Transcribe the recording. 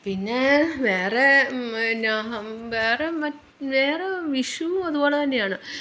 പിന്നേ വേറെ പിന്നെ വേറെ മാറ്റ് വേറെ വിഷുവും അതുപോലെ തന്നെയാണ്